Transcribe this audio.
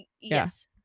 yes